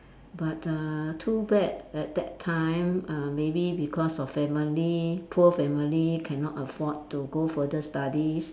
but uh too bad at that time uh maybe because of family poor family cannot afford to go further studies